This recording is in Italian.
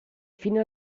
fine